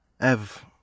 Ev